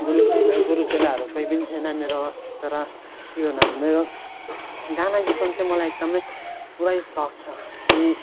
गुरु गुरुचेलाहरू कोही पनि छैन मेरो तर के गर्नु अब मेरो गाना गीत गाउनु चाहिँ मलाई एकदमै पुरै सोख छ कि